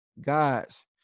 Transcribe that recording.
God's